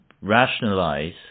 rationalize